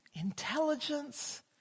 intelligence